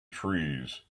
trees